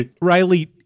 riley